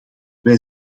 wij